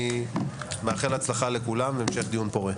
אני מאחל הצלחה לכולם והמשך דיון פורה.